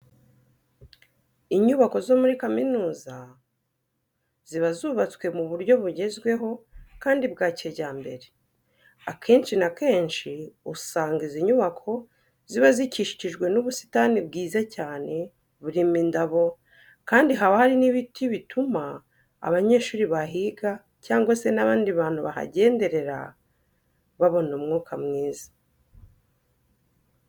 Inyubako zo muri kaminuza ziba zubatswe mu buryo bugezweho kandi bwa kijyambere. Akenshi na kenshi, usanga izi nyubako ziba zikikijwe n'ubusitani bwiza cyane burimo indabo kandi haba hari n'ibiti bituma abanyeshuri bahiga cyangwa se n'abandi bantu bahagenderera babona umwuka mwiza.